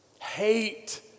Hate